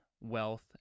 wealth